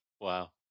Wow